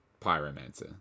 Pyromancer